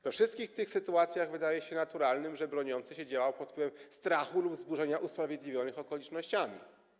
We wszystkich tych sytuacjach wydaje się naturalne, że broniący się działał pod wpływem strachu lub wzburzenia, usprawiedliwionego okolicznościami.